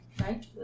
Right